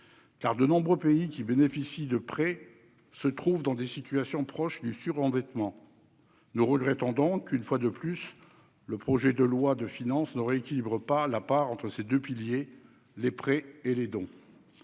de nombreux pays qui bénéficient de prêts se trouvent dans des situations proches du surendettement. Nous regrettons qu'une fois de plus le projet de loi de finances ne rééquilibre pas la part entre ces deux piliers : les prêts et les dons.